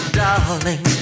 darling